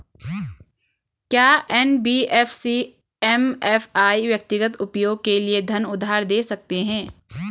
क्या NBFC MFI व्यक्तिगत उपयोग के लिए धन उधार दें सकते हैं?